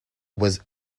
was